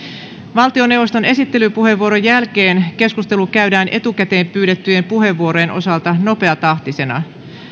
valtioneuvoston esittelypuheenvuoron jälkeen keskustelu käydään etukäteen pyydettyjen puheenvuorojen osalta nopeatahtisena